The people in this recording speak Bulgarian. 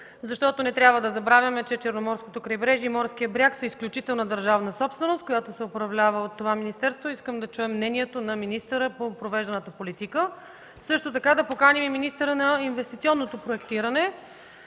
защото не трябва да забравяме, че Черноморското крайбрежие и морският бряг са изключителна държавна собственост, която се управлява от това министерство. Искам да чуем мнението на министъра по провежданата политика. Също така да поканим и министъра на инвестиционното проектиране,